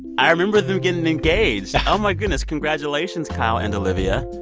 i remember them getting engaged. oh, my goodness. congratulations, kyle and olivia.